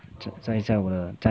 在在我的在